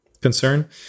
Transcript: concern